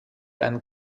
and